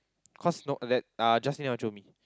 cause no that uh Justin never jio me